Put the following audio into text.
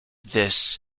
this